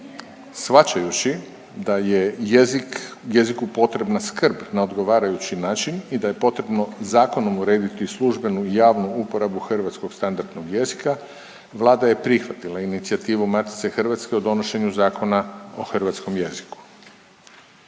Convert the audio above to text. Shvaćajući da je jezik, jeziku potrebna skrb na odgovarajući način i da je potrebno zakonom urediti službenu i javnu uporabu hrvatskog standardnog jezika, Vlada je prihvatila inicijativu Matice hrvatske o donošenju Zakona o hrvatskom jeziku.